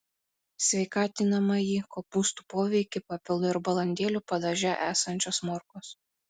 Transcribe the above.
sveikatinamąjį kopūstų poveikį papildo ir balandėlių padaže esančios morkos